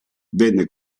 venne